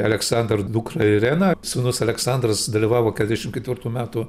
aleksandrą dukrą ireną sūnus aleksandras dalyvavo keturiasdešim ketvirtų metų